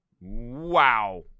Wow